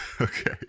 Okay